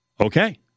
Okay